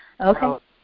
Okay